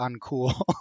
uncool